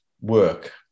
work